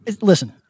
Listen